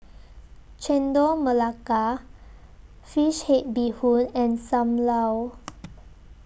Chendol Melaka Fish Head Bee Hoon and SAM Lau